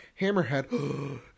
Hammerhead